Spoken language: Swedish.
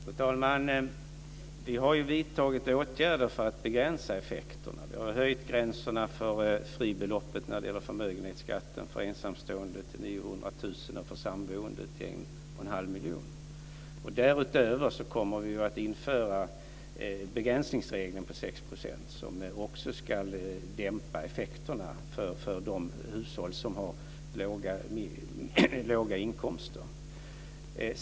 Fru talman! Vi har vidtagit åtgärder för att begränsa effekterna. Vi har höjt gränserna för fribeloppet när det gäller förmögenhetsskatten för ensamstående till 900 000 och för samboende till en och en halv miljon. Därutöver kommer vi att införa begränsningsregeln på 6 %, som också ska dämpa effekterna för de hushåll som har låga inkomster.